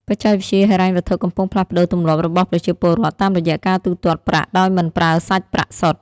បច្ចេកវិទ្យាហិរញ្ញវត្ថុកំពុងផ្លាស់ប្តូរទម្លាប់របស់ប្រជាពលរដ្ឋ តាមរយៈការទូទាត់ប្រាក់ដោយមិនប្រើសាច់ប្រាក់សុទ្ធ។